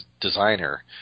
designer